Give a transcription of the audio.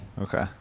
okay